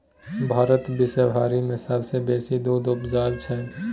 भारत विश्वभरि मे सबसँ बेसी दूध उपजाबै छै